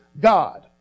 God